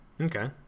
Okay